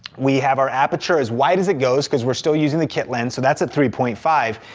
we have our aperture as wide as it goes cuz we're still using the kit lens. so that's a three point five.